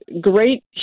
great